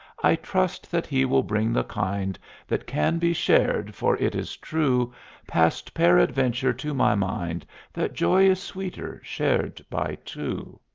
i trust that he will bring the kind that can be shared, for it is true past peradventure to my mind that joy is sweeter shared by two.